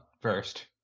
first